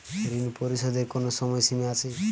ঋণ পরিশোধের কোনো সময় সীমা আছে?